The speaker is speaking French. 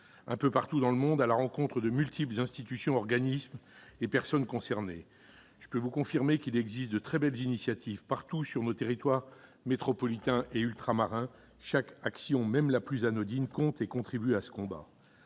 un peu partout dans le monde, à la rencontre de multiples institutions, organismes et personnes concernés. Je puis vous confirmer qu'il existe de très belles initiatives, dans tous nos territoires métropolitains et ultramarins : chaque action, même la plus anodine, compte, et contribue à ce combat.